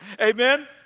Amen